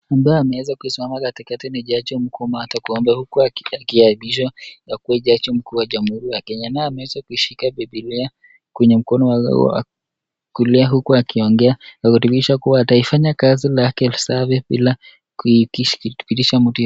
Ambaye ameweza kusimama katika ni jaji mkuu Martha Koome huku akiapishwa kuwa jaji mkuu wa Jamhuri ya Kenya, naye ameweza kuishika Biblia kwenye mkono wake wa kulia huku akiongea kudhibitisha kuwa ataifanya kazi yake safi bila kuipitisha.